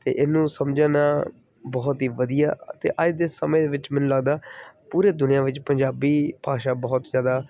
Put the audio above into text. ਅਤੇ ਇਹਨੂੰ ਸਮਝਣਾ ਬਹੁਤ ਹੀ ਵਧੀਆ ਅਤੇ ਅੱਜ ਦੇ ਸਮੇਂ ਵਿੱਚ ਮੈਨੂੰ ਲੱਗਦਾ ਪੂਰੇ ਦੁਨੀਆ ਵਿੱਚ ਪੰਜਾਬੀ ਭਾਸ਼ਾ ਬਹੁਤ ਜ਼ਿਆਦਾ